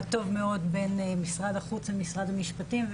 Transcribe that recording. טוב מאוד בין משרד החוץ למשרד המשפטים,